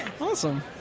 Awesome